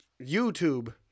YouTube